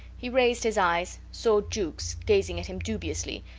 he raised his eyes, saw jukes gazing at him dubiously,